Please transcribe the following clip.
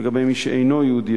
לגבי מי שאינו יהודי,